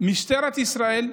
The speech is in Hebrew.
לסטודנטים,